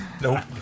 Nope